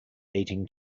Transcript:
eating